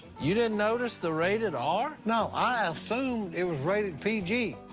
you didn't notice the rated r? no, i assumed it was rated pg.